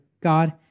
God